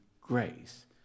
grace